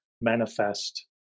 manifest